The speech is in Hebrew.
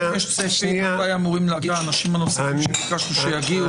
מתי אמורים להגיע האנשים הנוספים שביקשנו שיגיעו?